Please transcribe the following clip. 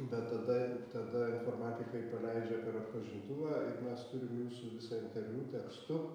bet tada tada informatikai paleidžia per atpažintuvą ir mes turim jūsų visą interviu tekstu